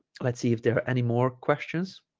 let's see if there are any more questions